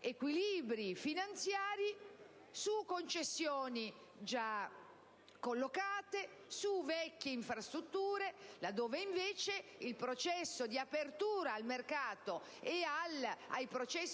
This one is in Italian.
equilibri finanziari su concessioni già collocate, su vecchie infrastrutture, considerato che il processo di apertura al mercato e